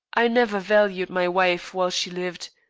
i never valued my wife while she lived.